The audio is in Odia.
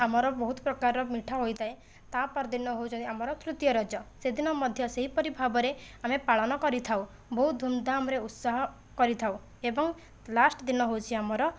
ଆମର ବହୁତ ପ୍ରକାରର ମିଠା ହୋଇଥାଏ ତା'ପରଦିନ ହେଉଛନ୍ତି ଆମର ତୃତୀୟ ରଜ ସେ ଦିନ ମଧ୍ୟ ସେହିପରି ଭାବରେ ଆମେ ପାଳନ କରିଥାଉ ବହୁତ ଧୁମଧାମରେ ଉତ୍ସାହ କରିଥାଉ ଏବଂ ଲାଷ୍ଟ ଦିନ ହେଉଛି ଆମର